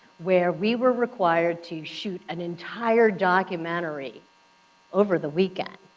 where we were required to shoot an entire documentary over the weekend.